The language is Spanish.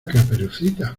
caperucita